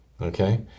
Okay